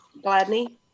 Gladney